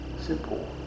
Simple